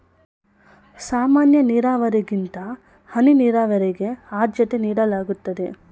ಸಾಮಾನ್ಯ ನೀರಾವರಿಗಿಂತ ಹನಿ ನೀರಾವರಿಗೆ ಆದ್ಯತೆ ನೀಡಲಾಗುತ್ತದೆ